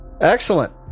Excellent